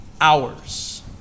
hours